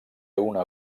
una